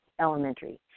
Elementary